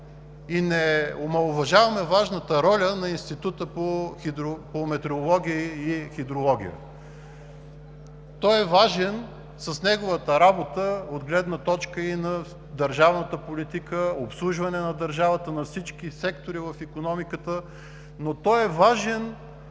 и не омаловажаваме важната роля на Института по метеорология и хидрология. Той е важен с неговата работа от гледна точка и на държавната политика, обслужване на държавата, на всички сектори в икономиката. Но той е важен